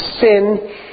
sin